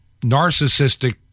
narcissistic